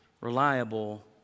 reliable